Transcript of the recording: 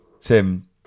Tim